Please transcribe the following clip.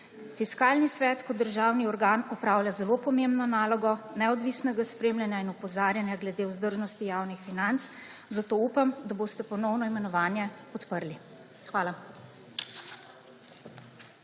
Fiskalni svet kot državni organ opravlja zelo pomembno nalogo neodvisnega spremljanja in opozarjanja glede vzdržnosti javnih financ, zato upam, da boste ponovno imenovanje podprli. Hvala.